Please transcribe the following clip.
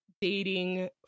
dating